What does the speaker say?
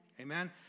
Amen